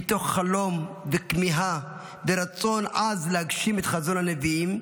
מתוך חלום וכמיהה ורצון עז להגשים את חזון הנביאים,